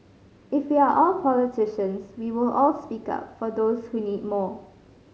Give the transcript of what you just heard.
if we are all politicians we will all speak up for those who need more